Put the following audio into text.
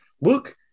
look